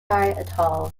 atoll